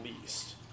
least